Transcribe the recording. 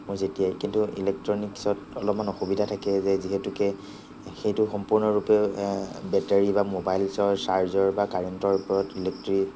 মোৰ যেতিয়াই কিন্তু ইলেকট্ৰনিকছত অলপমান অসুবিধা থাকে যে যিহেতুকে সেইটো সম্পূৰ্ণৰূপে বেটাৰী বা ম'বাইলছৰ চাৰ্জৰ বা কাৰেণ্টৰ ওপৰত ইলেকট্ৰি